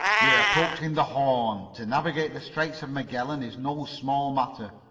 we're approaching the horn. to navigate the straits of magellan is no small matter.